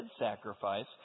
sacrifice